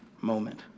moment